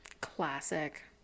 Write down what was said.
Classic